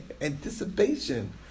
anticipation